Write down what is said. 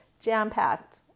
jam-packed